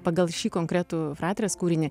pagal šį konkretų fratrijos kūrinį